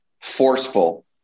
forceful